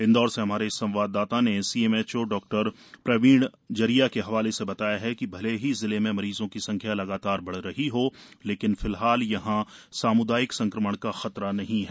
इंदौर से हमारे संवाददाता ने सीएमएचओ डॉ प्रवीण जरिया के हवाले से बताया है कि भले ही जिले में मरीजों की संख्या लगातार बढ़ रही हो लेकिन फिलहाल यहां सामूदायिक संक्रमण का खतरा नहीं है